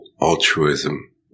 altruism